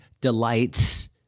delights